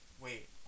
Wait